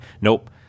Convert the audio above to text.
Nope